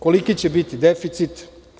Koliki će biti deficit?